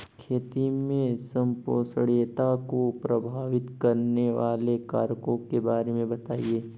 खेती में संपोषणीयता को प्रभावित करने वाले कारकों के बारे में बताइये